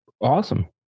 awesome